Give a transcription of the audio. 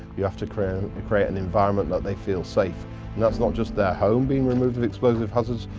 you have to create create an environment that they feel safe. and that's not just their home being removed of explosive hazards,